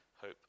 Hope